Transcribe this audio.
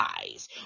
eyes